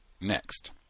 Next